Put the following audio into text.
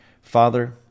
Father